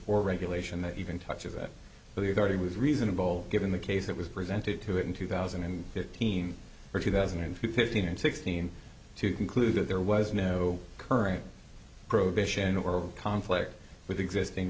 or regulation that even touch of it but the authority was reasonable given the case that was presented to it in two thousand and fifteen or two thousand and fifteen and sixteen to conclude that there was no current prohibition or conflict with the existing